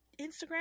instagram